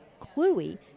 Cluey